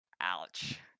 Ouch